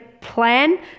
plan